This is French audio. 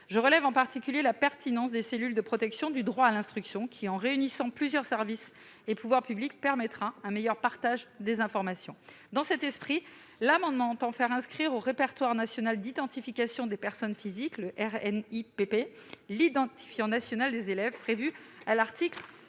Je relève en particulier la pertinence des cellules de protection du droit à l'instruction qui, réunissant plusieurs services et pouvoirs publics, permettront un meilleur partage des informations. Dans cet esprit, nous proposons, par cet amendement, de faire inscrire au répertoire national d'identification des personnes physiques (RNIPP) l'identifiant national élève prévu à l'article